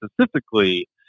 specifically